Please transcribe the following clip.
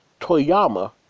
Toyama